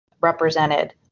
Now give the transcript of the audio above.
represented